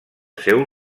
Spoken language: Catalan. seu